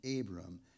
Abram